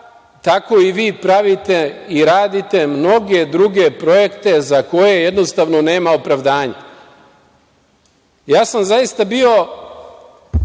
tako i vi pravite i radite mnoge druge projekte za koje jednostavno nema opravdanja. Ja sam zaista bio,